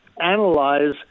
analyze